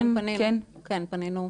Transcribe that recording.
כן, פנינו.